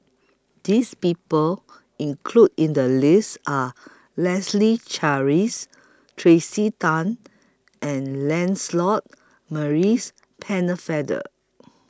This People included in The list Are Leslie Charteris Tracey Tan and Lancelot Maurice Pennefather